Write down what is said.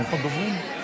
לבקשת שר הפנים,